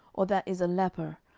or that is a leper,